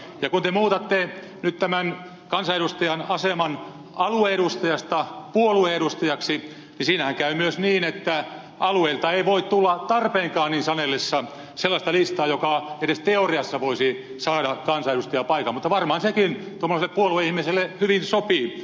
ja kun te muutatte nyt tämän kansanedustajan aseman alue edustajasta puolue edustajaksi niin siinähän käy myös niin että alueilta ei voi tulla tarpeenkaan niin sanellessa sellaista listaa jolta edes teoriassa voisi saada kansanedustajan paikan mutta varmaan sekin tuommoiselle puolueihmiselle hyvin sopii